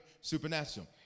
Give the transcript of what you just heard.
supernatural